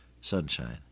sunshine